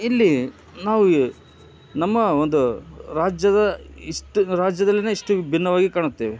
ಇಲ್ಲಿ ನಾವು ನಮ್ಮ ಒಂದು ರಾಜ್ಯದ ಇಷ್ಟು ರಾಜ್ಯದಲ್ಲಿನೆ ಇಷ್ಟು ಭಿನ್ನವಾಗಿ ಕಾಣುತ್ತೇವೆ